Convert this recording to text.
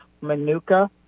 Manuka